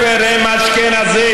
המזכירה,